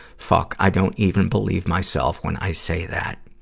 fuck, i don't even believe myself when i say that.